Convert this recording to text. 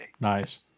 Nice